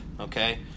okay